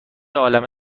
عالمه